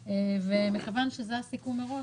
מכיוון שזה הסיכום מראש,